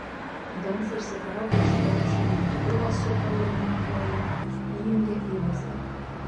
doncė išsitraukė iš krepšio lygintuvą su prailgintoju įjungė į lizdą